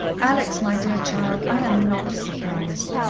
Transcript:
alex, my dear child, i am not surprised.